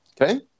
okay